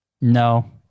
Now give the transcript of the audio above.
No